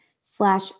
slash